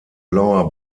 blauer